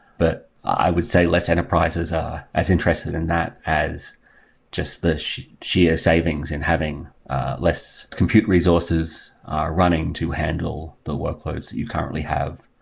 but i would say, less enterprises are as interested in that as just the sheer savings in having less compute resources are running to handle the workloads that you currently have.